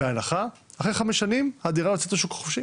בהנחה, אחרי חמש שנים הדירה הזו יוצאת לשוק החופשי